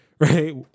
right